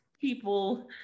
people